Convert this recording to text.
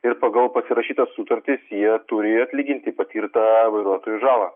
ir pagal pasirašytas sutartis jie turi atlyginti patirtą vairuotojui žalą